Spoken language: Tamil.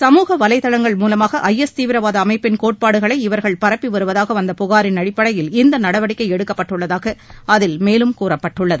சமூக வலைதளங்கள் மூலமாக ஜஎஸ் தீவிரவாத அமைப்பின் கோட்பாடுகளை இவர்கள் பரப்பி வருவதாக வந்த புகாரின் அடிப்படையில் இந்த நடவடிக்கை எடுக்கப்பட்டுள்ளதாக அதில் மேலும் கூறப்பட்டுள்ளது